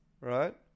right